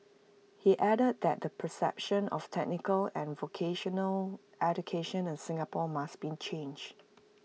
he added that the perception of technical and vocational education in Singapore must be changed